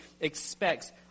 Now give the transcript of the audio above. expects